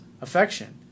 affection